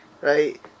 right